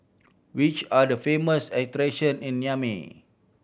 which are the famous attraction in Niamey